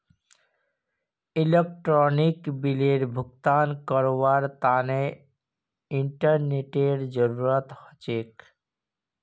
electronic बिलेर भुगतान करवार तने इंटरनेतेर जरूरत ह छेक